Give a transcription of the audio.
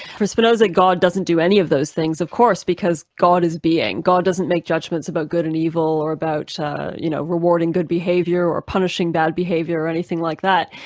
for spinoza's god doesn't do any of those things, of course, because god is being. god doesn't make judgments about good and evil or about you know rewarding good behavior or punishing bad behavior or anything like that.